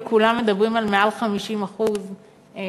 וכולם מדברים על מעל 50% ביקוש,